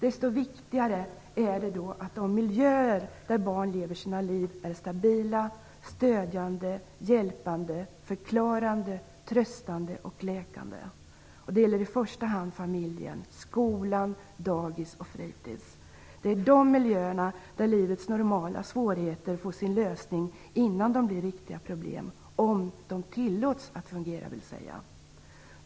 Desto viktigare är det då att de miljöer där barn lever sina liv är stabila, stödjande, hjälpande, förklarande, tröstande och läkande. Det gäller i första hand familjen, skolan, dagis och fritis. Det är i de miljöerna som livets normala svårigheter får sin lösning innan de blir riktiga problem - dvs. om de miljöerna tillåts fungera.